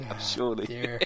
Surely